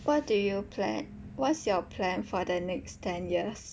what do you plan what's your plan for the next ten years